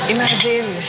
Imagine